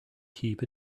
keep